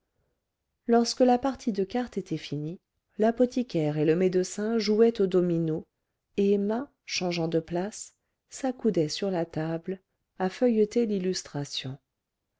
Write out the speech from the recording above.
lorsque la partie de cartes était finie l'apothicaire et le médecin jouaient aux dominos et emma changeant de place s'accoudait sur la table à feuilleter l'illustration